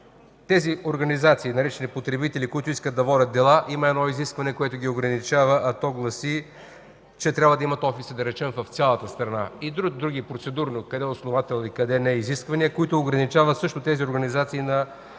тези организации, наречени потребители, които искат да водят дела, има едно изискване, което ги ограничава, а то гласи, че трябва да имат офиси в цялата страна и други процедурни – къде основателни, къде не изисквания, които ограничават също тези организации и